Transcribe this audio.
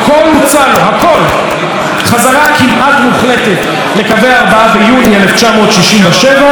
חזרה כמעט מוחלטת לקווי 4 ביוני 1967. כמובן,